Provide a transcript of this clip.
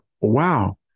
wow